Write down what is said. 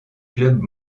clubs